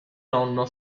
nonno